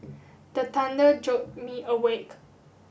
the thunder jolt me awake